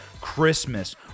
Christmas